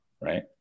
right